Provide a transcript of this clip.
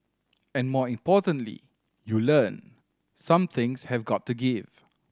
and more importantly you learn some things have got to give